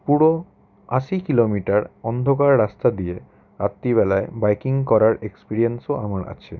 পুরো আশি কিলোমিটার অন্ধকার রাস্তা দিয়ে রাত্রিবেলায় বাইকিং করার এক্সপিরিয়েন্সও আমার আছে